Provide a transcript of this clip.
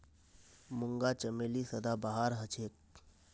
मूंगा चमेली सदाबहार हछेक